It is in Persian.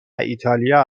ایتالیا